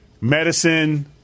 medicine